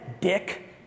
dick